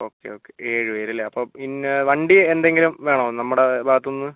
okay okay ഏഴ് പേർ അല്ലേ അപ്പോൾ പിന്നെ വണ്ടി എന്തെങ്കിലും വേണോ നമ്മുടെ ഭാഗത്തുനിന്ന്